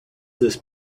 this